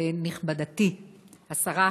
נכבדתי השרה,